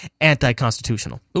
anti-constitutional